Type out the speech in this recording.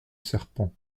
serpent